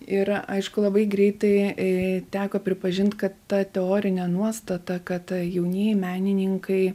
ir aišku labai greitai ee teko pripažint kad ta teorinė nuostata kad jaunieji menininkai